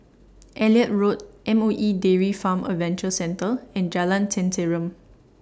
Elliot Road M O E Dairy Farm Adventure Centre and Jalan Tenteram